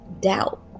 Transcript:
doubt